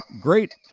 great